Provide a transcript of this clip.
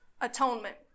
atonement